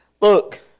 look